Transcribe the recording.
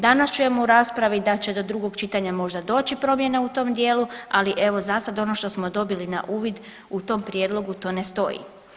Danas čujemo u raspravi da će do drugog čitanja možda doći do promjene u tom dijelu, ali evo zasad ono što smo dobili na uvid u tom prijedlogu to ne stoji.